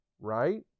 right